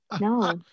No